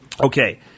Okay